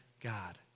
God